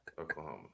Oklahoma